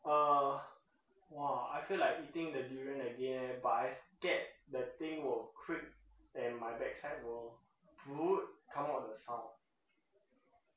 ah !wah! I feel like eating the durian again leh but I scared that thing will creep and my backside will come out the sound